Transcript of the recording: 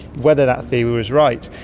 whether that theory was right.